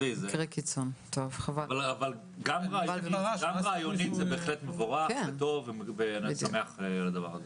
אבל גם רעיונית זה בהחלט מבורך וטוב ואני שמח על הדבר הזה.